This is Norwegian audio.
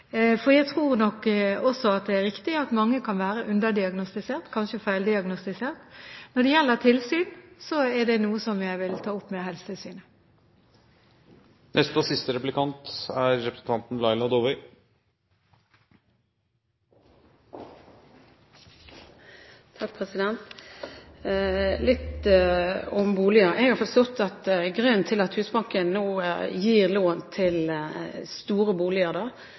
for jeg tror nok også det er riktig at mange kan være underdiagnostisert og kanskje feildiagnostisert. Når det gjelder tilsyn, er dette noe jeg vil ta opp med Helsetilsynet. Litt om boliger: Jeg har forstått at grunnen til at Husbanken nå gir lån til store boliger,